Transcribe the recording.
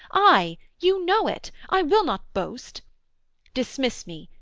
i you know it i will not boast dismiss me,